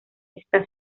está